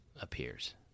appears